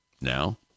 Now